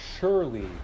surely